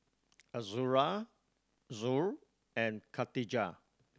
Azura Zul and Katijah